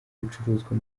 ibicuruzwa